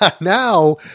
Now